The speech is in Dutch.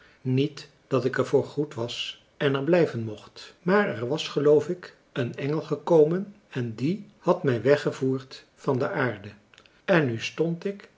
niet dat ik er voorgoed was en er blijven mocht maar er was geloof ik een engel gekomen en die had mij weggevoerd van de aarde en nu stond ik